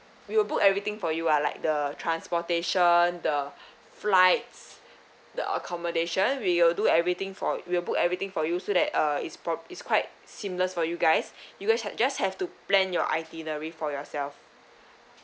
we will book everything for you ah like the transportation the flights the accommodation we will do everything for we will book everything for you so that uh it's prob~ it's quite seamless for you guys you guys had just have to plan your itinerary for yourself